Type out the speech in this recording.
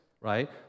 right